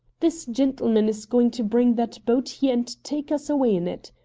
this gentleman is going to bring that boat here and take us away in it,